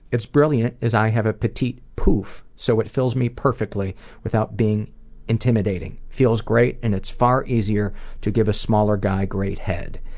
it's brilliant, as i have a petite poof, so it fills me perfectly without being intimidating. it feels great and it's far easier to give a smaller guy great head.